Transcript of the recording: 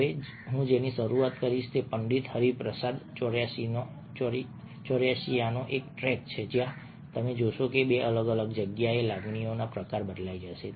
હવે હું જેની શરૂઆત કરીશ તે પંડિત હરિપ્રસાદ ચૌરાશીયાનો એક ટ્રેક છે જ્યાં તમે જોશો કે બે અલગ અલગ જગ્યાએ લાગણીનો પ્રકાર બદલાઈ જશે